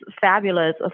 fabulous